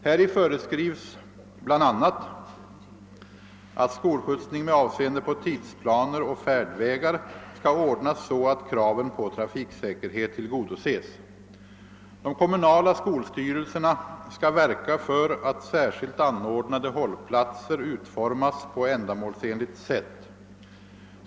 Häri föreskrivs bl.a., att skolskjutsning med avseende på tidsplaner och färdvägar skall ordnas så att kraven på trafiksäkerhet tillgodoses. De kommunala skolstyrelserna skall verka för att särskilt anordnade hållplatser utformas på än damålsenligt sätt.